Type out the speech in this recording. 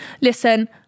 listen